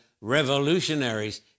revolutionaries